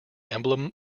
emblem